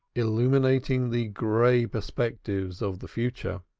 illumining the gray perspectives of the future.